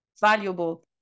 valuable